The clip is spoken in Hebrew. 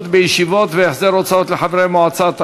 בישיבות והחזר הוצאות לחברי מועצה),